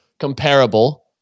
Comparable